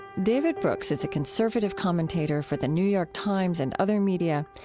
david brooks is a conservative commentator for the new york times and other media.